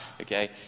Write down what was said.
Okay